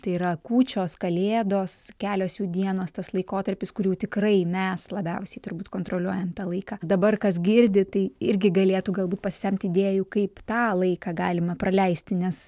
tai yra kūčios kalėdos kelios jų dienos tas laikotarpis kur jau tikrai mes labiausiai turbūt kontroliuojam tą laiką dabar kas girdi tai irgi galėtų galbūt pasisemti idėjų kaip tą laiką galima praleisti nes